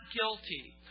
guilty